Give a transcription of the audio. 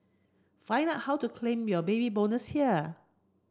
find out how to claim your Baby Bonus here